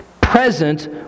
present